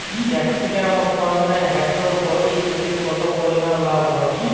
Capsicum উৎপাদনে hectare প্রতি কৃষকের কত পরিমান লাভ হয়?